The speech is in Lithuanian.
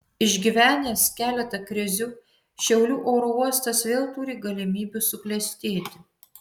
išgyvenęs keletą krizių šiaulių oro uostas vėl turi galimybių suklestėti